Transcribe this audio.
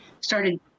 started